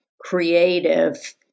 creative